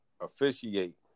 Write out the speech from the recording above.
officiate